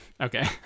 Okay